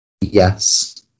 Yes